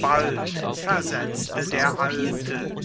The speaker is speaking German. bald versetzte der alte